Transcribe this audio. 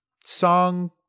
song